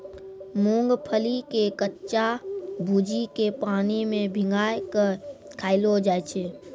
मूंगफली के कच्चा भूजिके पानी मे भिंगाय कय खायलो जाय छै